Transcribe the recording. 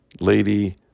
lady